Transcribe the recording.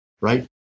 right